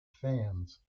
fans